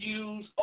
use